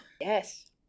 Yes